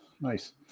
nice